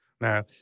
Now